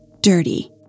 dirty